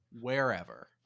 Wherever